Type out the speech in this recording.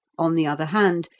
on the other hand,